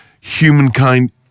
humankind